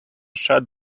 shut